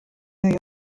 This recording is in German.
new